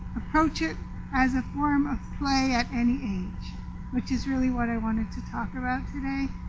approach it as a form of play at any age which is really what i wanted to talk about today.